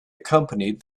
accompanied